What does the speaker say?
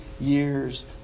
years